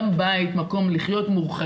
הם מקבלים מקום לחיות בו,